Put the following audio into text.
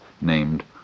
named